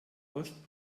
ost